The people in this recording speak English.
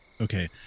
Okay